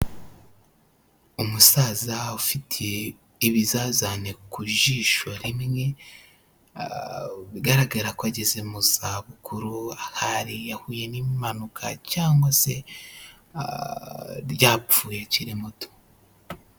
Umusaza ufite ibizazane ku jisho rimwe, bigaragara ko ageze mu za bukuru, ahari yahuye n'impanuka cyangwa se ryapfuye akiri muto.